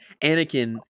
anakin